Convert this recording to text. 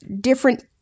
Different